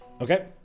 Okay